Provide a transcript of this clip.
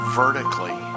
vertically